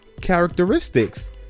characteristics